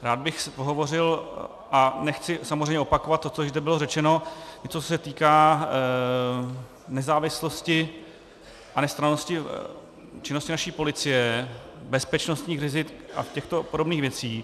Rád bych pohovořil, a nechci samozřejmě opakovat to, co již zde bylo řečeno, i co se týká nezávislosti a nestrannosti činnosti naší policie, bezpečnostních rizik a těchto podobných věcí.